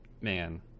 man